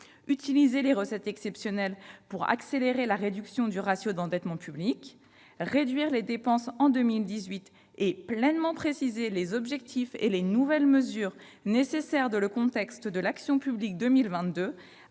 utiliser les recettes exceptionnelles pour accélérer la réduction du ratio d'endettement public »;« réduire les dépenses en 2018 et pleinement préciser les objectifs et les nouvelles mesures nécessaires dans le contexte de l'Action publique 2022,